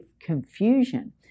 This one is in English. confusion